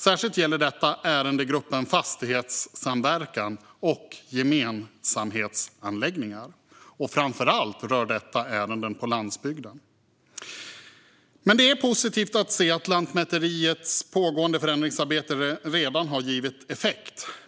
Särskilt gäller detta ärendegruppen fastighetssamverkan och gemensamhetsanläggningar, och framför allt rör det ärenden på landsbygden. Det är positivt att Lantmäteriets pågående förändringsarbete redan har givit effekt.